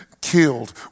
killed